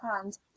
hand